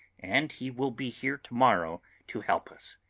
and he will be here to-morrow to help us.